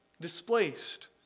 Displaced